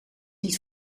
niet